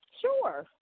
Sure